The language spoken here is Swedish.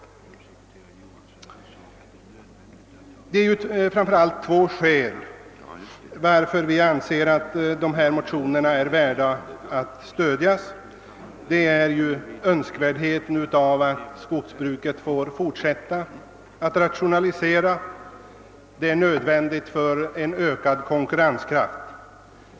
Vi reservanter anser framför allt av två skäl att dessa motioner är värda att stödjas. Det första skälet är önskvärdheten av att skogsbruket får möjlighet att fortsätta rationaliseringen, vilket är nödvändigt för att skogsbruket skall få ökad konkurrenskraft.